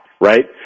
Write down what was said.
right